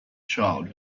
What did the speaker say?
child